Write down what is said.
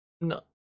No